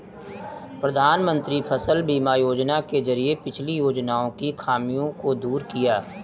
प्रधानमंत्री फसल बीमा योजना के जरिये पिछली योजनाओं की खामियों को दूर किया